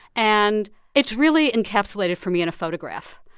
and it's really encapsulated for me in a photograph,